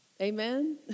Amen